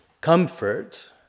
comfort